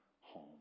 home